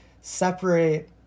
separate